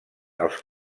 als